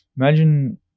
imagine